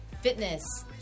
fitness